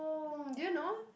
hmm did you know